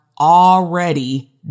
already